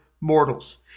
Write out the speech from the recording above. mortals